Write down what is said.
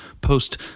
post